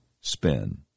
spin